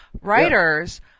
writers